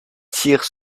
tire